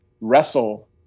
wrestle